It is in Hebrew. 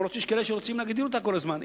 אף-על-פי שיש כאלה שרוצים להגדיל אותה כל הזמן.